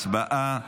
הצבעה.